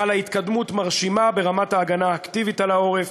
חלה התקדמות מרשימה ברמת ההגנה האקטיבית על העורף